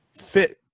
Fit